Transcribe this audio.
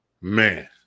Man